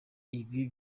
ibi